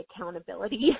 accountability